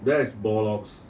that's bollocks